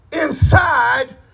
inside